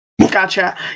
Gotcha